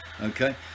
okay